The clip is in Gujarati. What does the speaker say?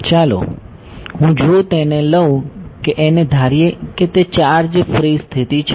ચાલો હું જો તેને લઉં કે એને ધારીએ કે તે ચાર્જ ફ્રી સ્થિતિ છે